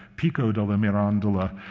pico della mirandola,